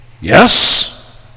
Yes